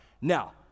Now